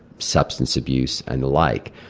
substance abuse, and the like.